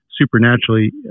supernaturally